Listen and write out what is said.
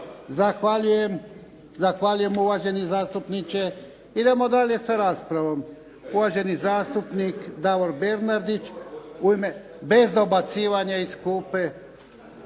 Zahvaljujem. Zahvaljujem, uvaženi zastupniče. Idemo dalje sa raspravom. Uvaženi zastupnik Davor Bernardić, u ime… Bez dobacivanja iz klupe.